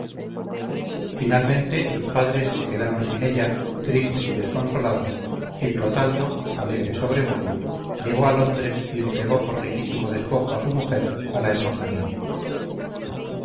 finalmente sus padres se quedaron sin ella tristes y desconsolados y clotaldo alegre sobre modo llegó a londres y entregó por riquísimo despojo a su mujer a la hermosa niña